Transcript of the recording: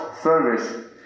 service